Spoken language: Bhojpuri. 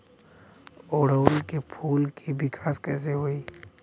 ओड़ुउल के फूल के विकास कैसे होई?